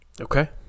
Okay